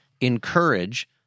encourage